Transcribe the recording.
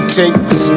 takes